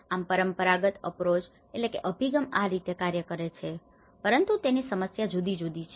આમ પરંપરાગત approach approach અભિગમ આ રીતે કાર્ય કરે છે પરંતુ તેની સમસ્યા જુદી જુદી છે